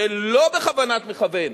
שלא בכוונת מכוון,